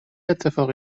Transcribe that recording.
اتفاقی